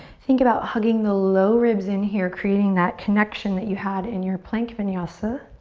think about hugging the low ribs in here. creating that connection that you had in your plank vinyasa.